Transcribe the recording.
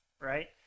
right